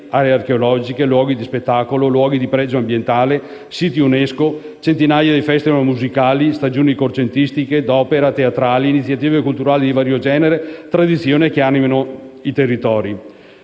aree archeologiche, luoghi di spettacolo, luoghi di pregio ambientale, siti UNESCO, centinaia di *festival* musicali, stagioni concertistiche, d'opera, teatrali, iniziative culturali di vario genere, tradizioni che animano i territori.